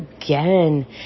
again